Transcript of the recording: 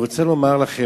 אני רוצה לומר לכם,